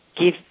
give